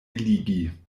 eligi